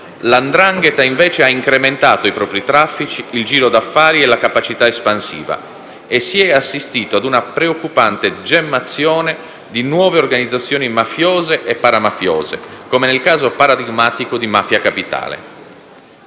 'ndrangheta, invece, ha incrementato i propri traffici, il giro d'affari e la capacità espansiva. Si è inoltre assistito a una preoccupante gemmazione di nuove organizzazioni mafiose e paramafiose, come nel caso paradigmatico di mafia capitale.